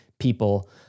people